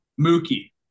Mookie